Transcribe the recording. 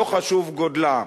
לא חשוב גודלה.